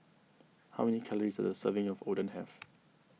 how many calories does a serving of Oden have